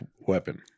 weapon